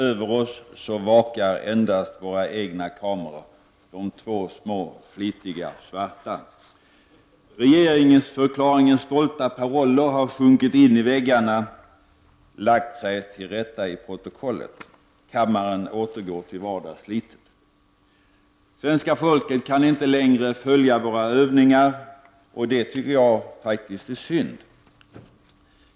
Över oss vakar endast våra egna kameror, de två små flitiga svarta. Regeringsförklaringen stolta paroller har sjunkit in i väggarna och lagt sig till rätta i protokollet. Kammaren återgår till vardagsslitet. Svenska folket kan inte längre följa våra övningar, vilket jag faktiskt tycker är synd.